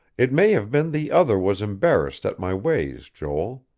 it may have been the other was embarrassed at my ways, joel.